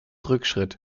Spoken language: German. rückschritt